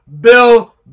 Bill